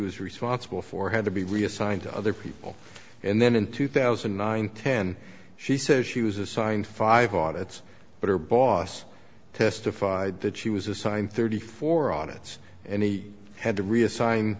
was responsible for had to be reassigned to other people and then in two thousand and nine ten she says she was assigned five on it's but her boss testified that she was assigned thirty four audits and he had to reassign